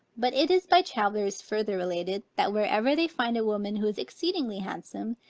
but it is by travellers further related, that wherever they find a woman who is exceedingly handsome,